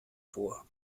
vor